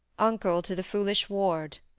uncle to the foolish ward,